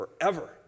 forever